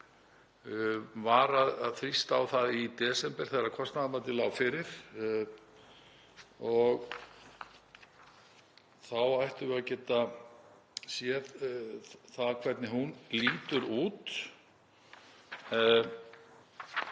ég var að þrýsta á það í desember þegar kostnaðarmatið lá fyrir. Þá ættum við að geta séð hvernig hún lítur út.